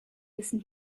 listen